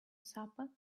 supper